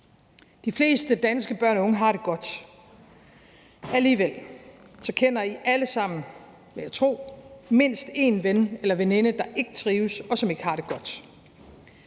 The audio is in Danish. De fleste danske børn og unge har det godt. Alligevel kender I alle sammen, vil jeg tro, mindst en, der ikke trives, og som ikke har det godt.